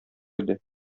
иде